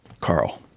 Carl